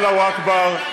אללהו אכבר.